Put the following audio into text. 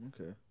okay